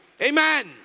Amen